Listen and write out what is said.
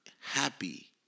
happy